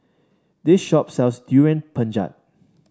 this shop sells Durian Pengat